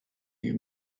you